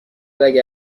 اگه